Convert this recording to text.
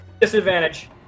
Disadvantage